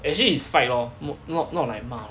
actually is fight lor m~ not not like 骂 lor